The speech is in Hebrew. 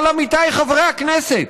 אבל, עמיתיי חברי הכנסת,